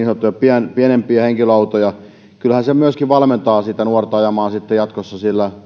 niin sanottuja pienempiä henkilöautoja niin kyllähän se myöskin valmentaa sitä nuorta ajamaan sitten jatkossa